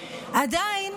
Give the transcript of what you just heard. עדיין